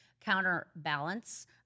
counterbalance